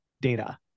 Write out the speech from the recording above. data